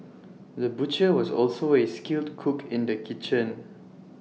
the butcher was also A skilled cook in the kitchen